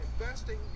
investing